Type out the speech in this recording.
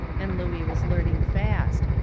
and looey was learning fast.